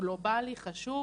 גלובלי חשוב,